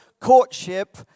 courtship